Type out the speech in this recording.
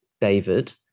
David